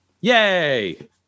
Yay